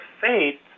faith